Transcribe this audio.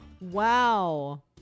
wow